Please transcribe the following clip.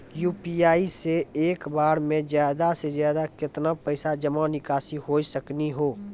UPI से एक बार मे ज्यादा से ज्यादा केतना पैसा जमा निकासी हो सकनी हो?